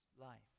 life